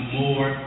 more